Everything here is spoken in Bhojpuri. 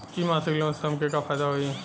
इ मासिक लोन से हमके का फायदा होई?